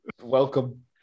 Welcome